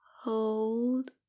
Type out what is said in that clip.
Hold